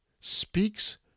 speaks